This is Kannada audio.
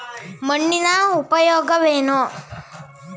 ಮಣ್ಣಿನ ಉಪಯೋಗವೇನು?